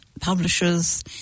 publishers